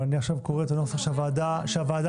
כן, אבל אני עכשיו קורא את הנוסח שהוועדה מבקשת.